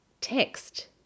text